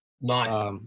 Nice